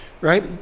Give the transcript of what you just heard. right